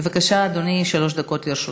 בבקשה, אדוני, שלוש דקות לרשותך.